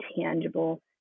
tangible